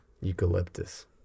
Eucalyptus